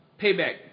payback